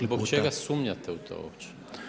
Zbog čega sumnjate u to uopće.